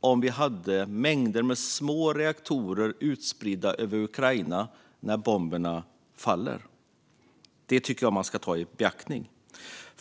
om det fanns mängder av små reaktorer utspridda över Ukraina nu när bomberna faller. Det tycker jag att man ska ta i beaktande.